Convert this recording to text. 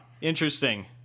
interesting